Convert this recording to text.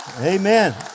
Amen